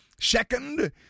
Second